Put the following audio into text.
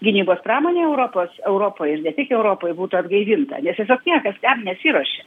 gynybos pramonė europos europoj ir ne tik europoj būtų atgaivinta nes tiesiog niekas ten nesiruošė